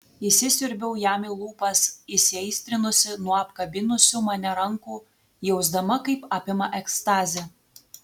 įsisiurbiau jam į lūpas įsiaistrinusi nuo apkabinusių mane rankų jausdama kaip apima ekstazė